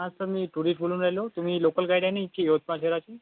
हां सर मी टुरिस्ट बोलून राहिलो तुम्ही लोकल गाईड आहे ना इथली यवतमाळ शहराचे